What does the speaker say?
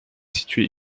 située